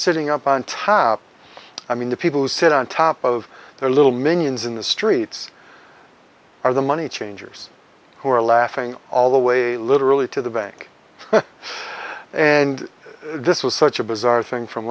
sitting up on top i mean the people who sit on top of their little minions in the streets are the money changers who are laughing all the way literally to the bank and this was such a bizarre thing from